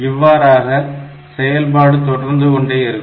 இவ்வாறாக செயல்பாடு தொடர்ந்துகொண்டே இருக்கும்